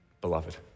beloved